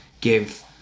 give